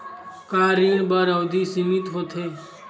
का ऋण बर अवधि सीमित होथे?